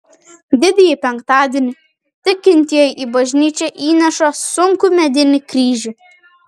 didįjį penktadienį tikintieji į bažnyčią įnešą sunkų medinį kryžių